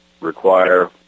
require